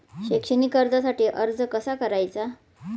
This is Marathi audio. शैक्षणिक कर्जासाठी अर्ज कसा करायचा?